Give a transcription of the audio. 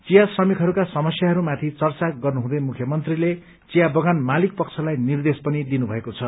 चिया श्रमिकहरूका समस्याहरूमाथि चर्चा गर्नुहुँदै मुख्यमन्त्रीले चिया बगान मालिक पक्षलाई निर्देश पनि दिनुभएको छ